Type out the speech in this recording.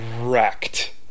wrecked